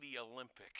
Olympics